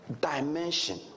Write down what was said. Dimension